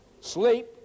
sleep